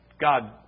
God